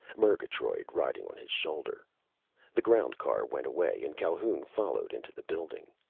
murgatroyd riding on his shoulder the ground car went away and calhoun followed into the building.